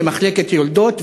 למחלקת יולדות,